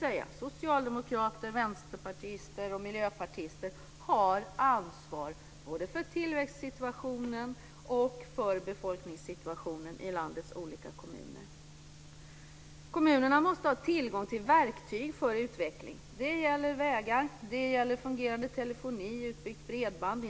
Socialdemokrater, vänsterpartister och miljöpartister har ansvar både för tillväxtsituationen och för befolkningssituationen i landets olika kommuner. Kommunerna måste ha tillgång till verktyg för utveckling. Det gäller vägar, fungerande telefoni och utbyggt bredband.